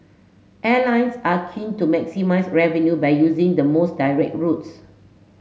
airlines are keen to maximise revenue by using the most direct routes